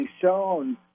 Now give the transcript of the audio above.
shown